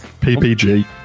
PPG